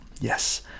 Yes